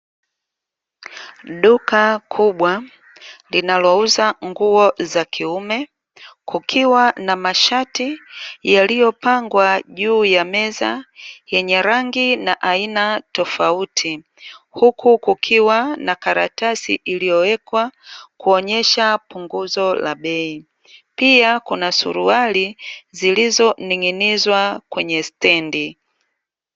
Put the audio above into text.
Duka kubwa linalouza nguo za kiume, kukiwa na mashati yaliyopangwa juu ya meza yenye rangi na aina tofauti, huku kukiwa na karatasi iliyowekwa kuonyesha punguzo la bei. Pia kuna suruali zilizoning'inizwa kwenye stendi.